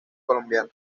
colombiana